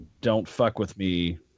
don't-fuck-with-me